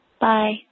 Bye